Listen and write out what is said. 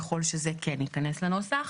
ככל שזה כן ייכנס לנוסח.